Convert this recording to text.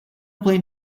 plane